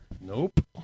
Nope